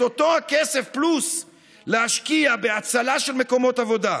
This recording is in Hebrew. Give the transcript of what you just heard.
את אותו הכסף פלוס להשקיע בהצלה של מקומות עבודה,